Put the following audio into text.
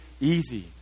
easy